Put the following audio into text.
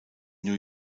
new